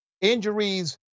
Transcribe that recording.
injuries